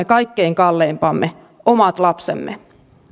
kaikkein kalleimpamme omat lapsemme